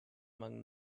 among